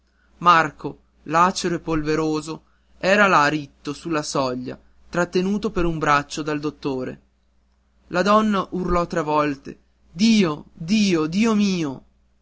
marco lacero e polveroso era là ritto sulla soglia trattenuto per un braccio dal dottore la donna urlò tre volte dio dio dio mio